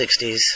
60s